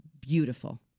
Beautiful